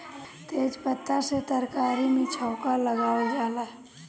तेजपात से तरकारी में छौंका लगावल जाला